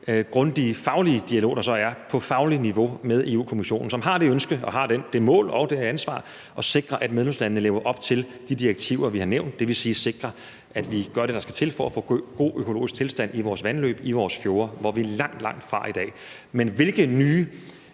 grundige faglige dialog, der så er på fagligt niveau, med Europa-Kommissionen, som har det ønske og har det mål og det ansvar at sikre, at medlemslandene lever op til de direktiver, vi har nævnt, det vil sige at sikre, at vi gør det, der skal til for at få en god økologisk tilstand i vores vandløb og i vores fjorde, hvilket vi er langt, langt fra i dag. Men hvilke nye